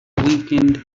weakened